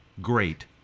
great